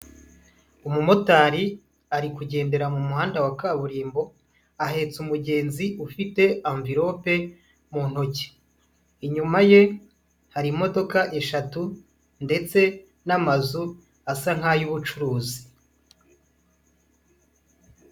Umumotari ari kugendera mu muhanda wa kaburimbo ahetse umugenzi ufite amvirope mu ntoki, inyuma ye hari imodoka eshatu ndetse n'amazu asa nk'ay'ubucuruzi.